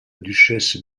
duchesse